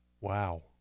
Wow